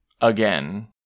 again